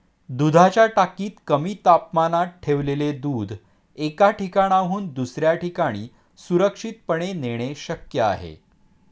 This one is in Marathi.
दुधाच्या टाकीत कमी तापमानात ठेवलेले दूध एका ठिकाणाहून दुसऱ्या ठिकाणी सुरक्षितपणे नेणे शक्य आहे